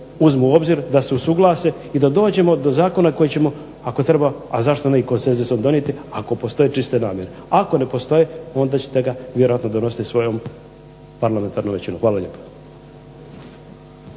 uzmu u obzir, da se usuglase, i da dođemo do zakona koji ćemo ako treba a zašto ne i konsenzusom donijeti ako postoje čiste namjere. Ako ne postoje onda ćete ga vjerojatno donositi svojom parlamentarnom većinom. Hvala lijepa.